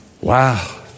Wow